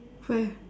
where